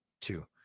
Two